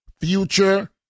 future